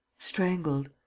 strangled.